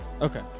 Okay